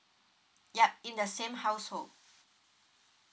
ya in the same household